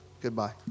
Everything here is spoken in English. Goodbye